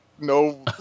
no